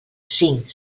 cinc